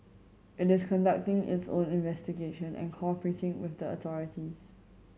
it is conducting its own investigation and cooperating with the authorities